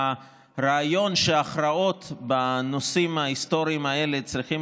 הרעיון שההכרעות בנושאים ההיסטוריים האלה צריכות